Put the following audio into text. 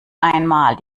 einmal